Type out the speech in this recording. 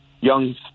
young